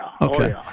Okay